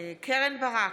קרן ברק,